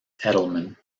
edelman